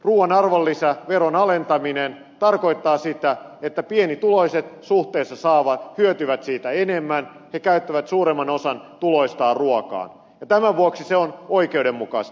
ruuan arvonlisäveron alentaminen tarkoittaa sitä että pienituloiset hyötyvät suhteessa siitä enemmän he käyttävät suuremman osan tuloistaan ruokaan ja tämän vuoksi se on oikeudenmukaista